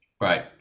Right